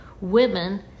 women